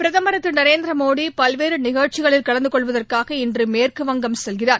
பிரதமர் திரு நரேந்திரமோடி பல்வேறு நிகழ்ச்சிகளில் கலந்து கொள்வதற்காக இன்று மேற்குவங்கம் செல்கிறார்